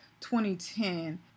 2010